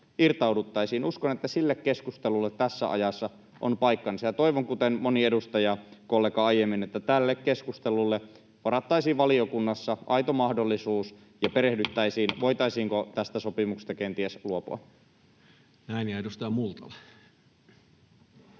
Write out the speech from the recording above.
irtauduttaisiin, niin uskon, että sille keskustelulle tässä ajassa on paikkansa. Ja toivon, kuten moni edustajakollega aiemmin, että tälle keskustelulle varattaisiin valiokunnassa aito mahdollisuus ja perehdyttäisiin, voitaisiinko tästä sopimuksesta kenties luopua. Näin. — Ja edustaja Multala.